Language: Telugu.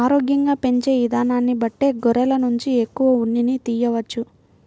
ఆరోగ్యంగా పెంచే ఇదానాన్ని బట్టే గొర్రెల నుంచి ఎక్కువ ఉన్నిని తియ్యవచ్చు